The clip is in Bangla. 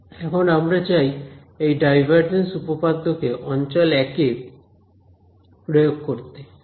এখন আমরা চাই এই ডাইভারজেন্স উপপাদ্য কে অঞ্চল 1 এ প্রয়োগ করতে